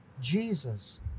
Jesus